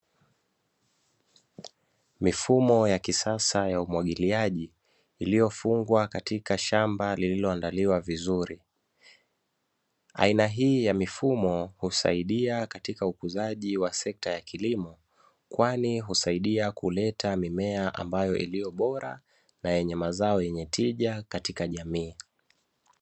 Mifumo ya kisasa ya umwagiliaji iliyofungwa katika shamba lililoandaliwa vizuri, aina hii ya mifumo husaidia katika ukuzaji wa sekta ya kilimo kwani husaidia kuleta mimea ambayo iliyo bora na yenye mazao yenye tija katika jamii.